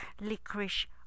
licorice